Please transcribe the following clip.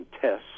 tests